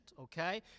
okay